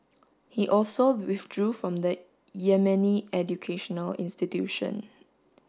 he also withdrew from the Yemeni educational institution